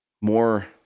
more –